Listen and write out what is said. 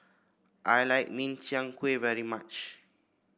I like Min Chiang Kueh very much